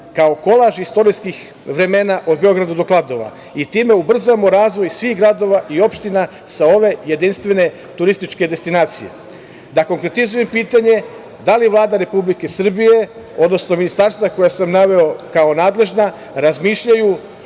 kao kolaž istorijskih vremena od Beograda do Kladova i time ubrzamo razvoj svih gradova i opština sa ove jedinstvene turističke destinacije. Da konkretizujem pitanje – da li Vlada Republike Srbije, odnosno ministarstva koje sam naveo kao nadležna razmišljaju